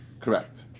correct